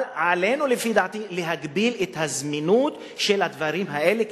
אבל לפי דעתי עלינו להגביל את הזמינות של הדברים האלה,